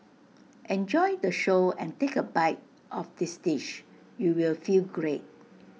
enjoy the show and take A bite of this dish you will feel great